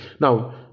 Now